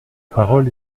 parole